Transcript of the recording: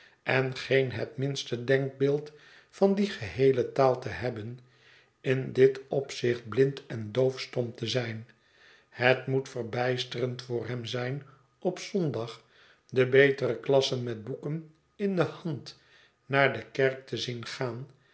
en geen het minste denkbeeld van die geheele taal te hebben in dit opzicht blind en doofstom te zijn het moet verbijsterend voor hem zijn op zondag de betere klassen met boeken in de hand naar de kerk te zien gaan